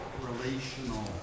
Relational